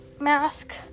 mask